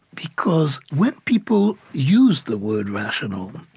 because when people use the word rational,